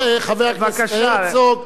חבר הכנסת הרצוג.